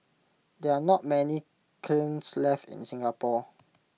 there are not many kilns left in Singapore